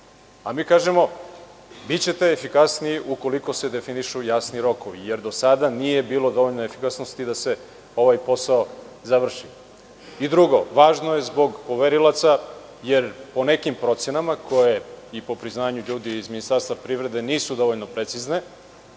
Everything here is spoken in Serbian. Mi kažemo da ćete biti efikasniji ukoliko se definišu jasni rokovi, jer do sada nije bilo dovoljno efikasnosti da se ovaj posao završi. Drugo, važno je i zbog poverilaca, jer je, po nekim procenama koje po priznanju ljudi iz Ministarstva privrede nisu dovoljno precizne,